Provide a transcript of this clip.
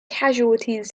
casualties